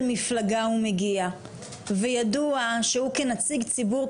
מפלגה הוא מגיע וידוע שהוא כנציג ציבור,